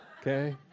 Okay